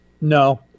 No